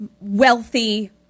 wealthy